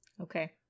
Okay